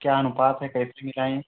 क्या अनुपात है कैसे मिलाएं